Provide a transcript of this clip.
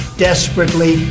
desperately